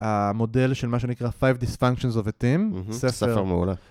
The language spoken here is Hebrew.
המודל של מה שנקרא Five Dysfunctions of a Team, ספר מעולה.